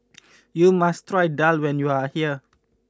you must try Daal when you are here